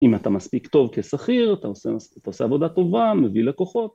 אם אתה מספיק טוב כשכיר, אתה עושה עבודה טובה, מביא לקוחות.